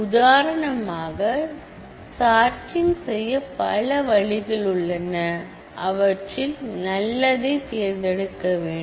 உதாரணமாக சார்ட்டிங் செய்ய பல வழிகள் உள்ளன அவற்றில் நல்லதை தேர்ந்தெடுக்க வேண்டும்